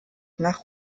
nach